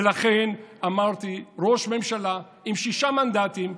ולכן אמרתי: ראש ממשלה עם שישה מנדטים,